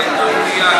לטורקיה,